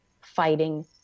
fighting